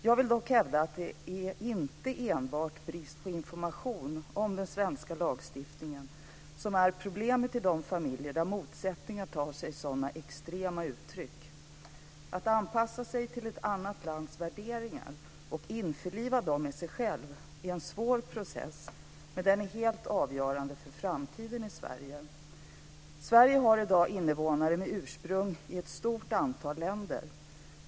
Jag vill dock hävda att det inte enbart är brist på information om den svenska lagstiftningen som är problemet i de familjer där motsättningar tar sig sådana extrema uttryck. Att anpassa sig till ett annat lands värderingar och införliva dem med sig själv är en svår process, men den är helt avgörande för framtiden i Sverige. Sverige har i dag invånare med ursprung i ett stort antal länder.